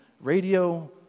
radio